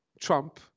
Trump